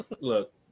Look